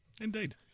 Indeed